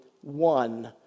one